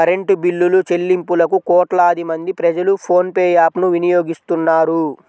current బిల్లులుచెల్లింపులకు కోట్లాది మంది ప్రజలు ఫోన్ పే యాప్ ను వినియోగిస్తున్నారు